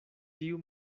tiu